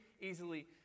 easily